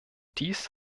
dies